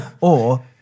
or-